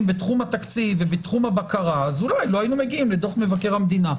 בתחום התקציב והבקרה אולי לא היינו מגיעים לדוח מבקר המדינה,